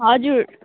हजुर